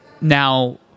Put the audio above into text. Now